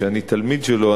שאני תלמיד שלו,